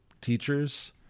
teachers